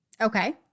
Okay